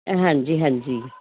ਹਾਂਜੀ ਹਾਂਜੀ